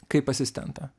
kaip asistentą